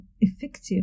effective